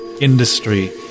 industry